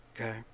Okay